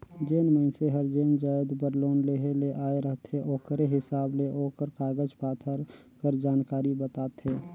जेन मइनसे हर जेन जाएत बर लोन लेहे ले आए रहथे ओकरे हिसाब ले ओकर कागज पाथर कर जानकारी बताथे